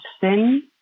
sin